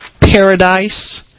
paradise